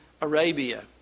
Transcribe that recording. Arabia